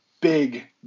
big